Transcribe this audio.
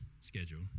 schedule